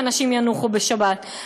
שאנשים ינוחו בשבת.